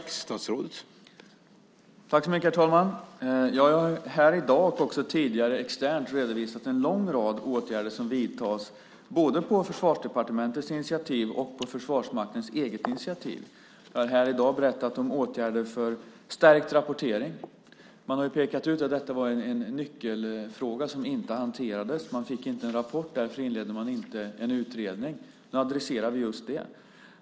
Herr talman! Jag har här i dag, och tidigare externt, redovisat en lång rad åtgärder som vidtas på både Försvarsdepartementets initiativ och Försvarsmaktens eget initiativ. Jag har här i dag berättat om åtgärder för stärkt rapportering. Man har pekat ut att detta var en nyckelfråga som inte hanterades. Man fick inte en rapport, och därför inledde man inte en utredning. Nu adresserar vi just detta.